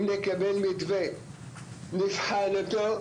אם נקבל מתווה נבחן אותו,